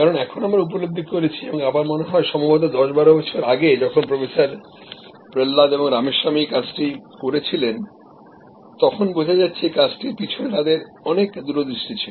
কারণ এখন আমরা উপলব্ধি করেছি এবং আমার মনে হয় সম্ভবত 10 12 বছর আগে যখন প্রফেসর প্রহ্লাদ এবং রামস্বামী এই কাজটি করেছিলেন তখনবোঝা যাচ্ছে এই কাজটির পিছনে তাদেরঅনেক দূরদৃষ্টি ছিল